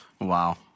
Wow